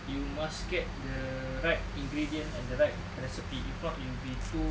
you must get the right ingredient and the right recipe if not it'll be too